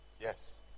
Yes